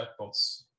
chatbots